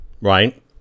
right